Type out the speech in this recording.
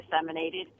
disseminated